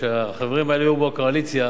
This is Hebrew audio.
כשהחברים האלה היו בקואליציה,